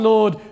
Lord